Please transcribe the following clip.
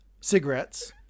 cigarettes